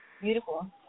Beautiful